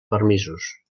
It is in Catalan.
permisos